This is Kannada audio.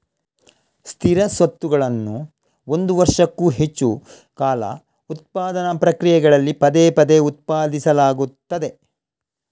ಸ್ಥಿರ ಸ್ವತ್ತುಗಳನ್ನು ಒಂದು ವರ್ಷಕ್ಕೂ ಹೆಚ್ಚು ಕಾಲ ಉತ್ಪಾದನಾ ಪ್ರಕ್ರಿಯೆಗಳಲ್ಲಿ ಪದೇ ಪದೇ ಉತ್ಪಾದಿಸಲಾಗುತ್ತದೆ